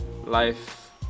life